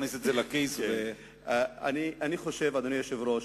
אדוני היושב-ראש,